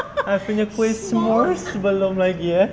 I punya kuih s'mores belum lagi eh